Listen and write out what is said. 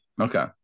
Okay